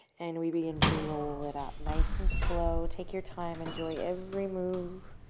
and we begin to roll it up, nice and slow. take your time. enjoy every move,